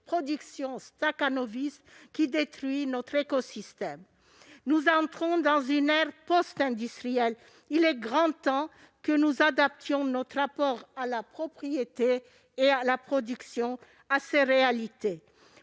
production stakhanoviste qui détruit notre écosystème. Nous entrons dans une ère postindustrielle. Il est grand temps que nous adaptions notre rapport à la propriété et à la production à ces réalités,